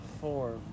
four